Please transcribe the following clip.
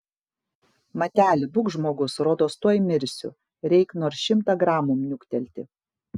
mateli būk žmogus rodos tuoj mirsiu reik nors šimtą gramų niuktelti